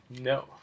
no